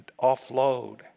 offload